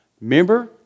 Remember